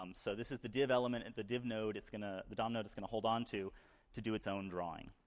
um so this is the div element, and the div node it's gonna the dom node it's gonna hold on to to do its own drawing.